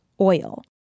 oil